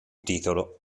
titolo